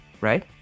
right